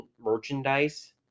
merchandise